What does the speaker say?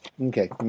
Okay